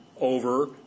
over